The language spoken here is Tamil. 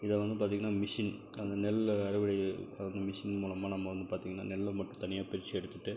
இதை வந்து பார்த்திங்கன்னா மிஷின் அந்த நெல் அறுவடை அதை வந்து மிஷின் மூலமாக நம்ம வந்து பார்த்திங்கன்னா நெல்லை மட்டும் தனியாக பிரித்து எடுத்துகிட்டு